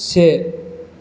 से